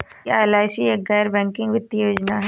क्या एल.आई.सी एक गैर बैंकिंग वित्तीय योजना है?